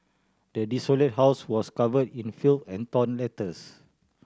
the desolated house was covered in filth and torn letters